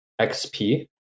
XP